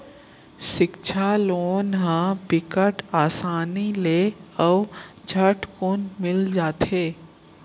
सिक्छा लोन ह बिकट असानी ले अउ झटकुन मिल जाथे